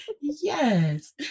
yes